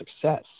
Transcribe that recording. success